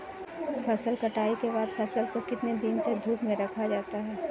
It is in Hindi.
फसल कटाई के बाद फ़सल को कितने दिन तक धूप में रखा जाता है?